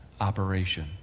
operation